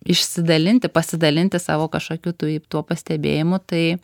išsidalinti pasidalinti savo kažkokiu toj tuo pastebėjimu tai